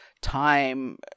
time